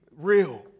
real